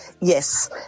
Yes